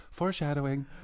foreshadowing